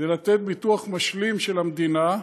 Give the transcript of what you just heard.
זה לתת ביטוח משלים של המדינה,